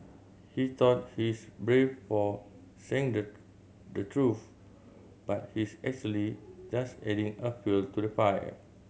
he thought he's brave for saying the the truth but he's actually just adding a fuel to the fire